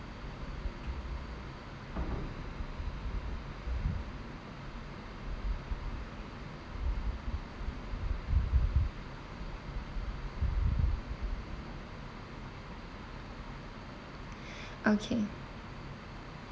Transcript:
okay